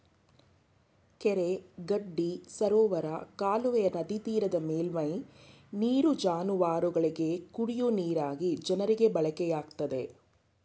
ಕೆರೆ ಗಡ್ಡಿ ಸರೋವರ ಕಾಲುವೆಯ ನದಿತೀರದ ಮೇಲ್ಮೈ ನೀರು ಜಾನುವಾರುಗಳಿಗೆ, ಕುಡಿಯ ನೀರಾಗಿ ಜನರಿಗೆ ಬಳಕೆಯಾಗುತ್ತದೆ